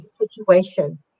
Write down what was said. situations